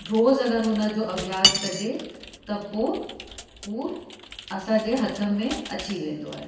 रोज़ अगरि हुन जो अभ्यास कजे त पोइ उहो असांजे हथ में अची वेंदो आहे